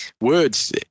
words